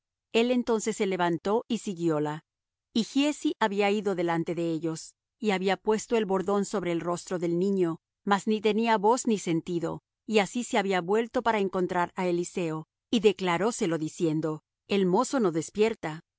el entonces se levantó y siguióla y giezi había ido delante de ellos y había puesto el bordón sobre el rostro del niño mas ni tenía voz ni sentido y así se había vuelto para encontrar á eliseo y declaróselo diciendo el mozo no despierta